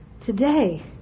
today